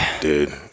Dude